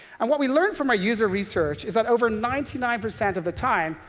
and what we learned from our user research is that over ninety nine percent of the time,